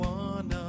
one